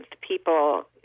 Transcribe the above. people